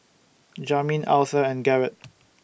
Jamin Authur and Garett